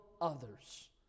others